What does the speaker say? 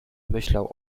myślał